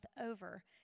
over